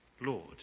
Lord